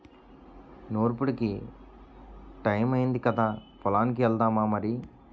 నూర్పుడికి టయమయ్యింది కదా పొలానికి ఎల్దామా మరి